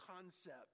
concept